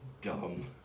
Dumb